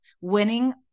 winning